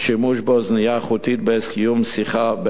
שימוש באוזנייה חוטית בעת קיום שיחה.